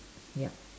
yup